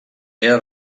era